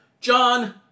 John